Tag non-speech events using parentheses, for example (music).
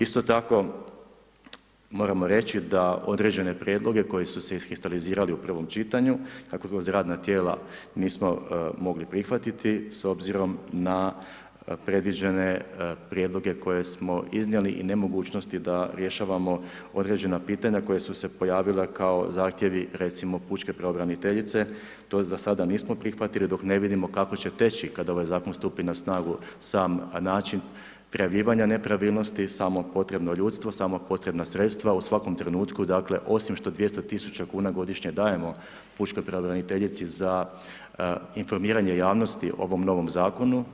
Isto tako moramo reći da određene prijedloge koji su se iskristalizirali u prvom čitanju ... (unintelligible) kroz radna tijela nismo mogli prihvatiti s obzirom na predviđene prijedloge koje smo iznijeli i nemogućnosti da rješavamo određena pitanja koja su se pojavila kao zahtjevi recimo pučke pravobraniteljice, to za sada nismo prihvatili dok ne vidimo kako će teći kad ovaj zakon stupi na snagu, sam način prijavljivanja nepravilnosti, samo potrebno ljudstvo, samo potrebna sredstva u svakom trenutku dakle, osim što 200.000 kuna godišnje dajemo pučkoj pravobraniteljici za informiranje javnosti o ovom novom zakonu.